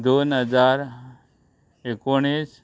दोन हजार एकोणीस